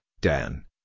Dan